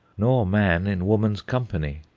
nor man in woman's company.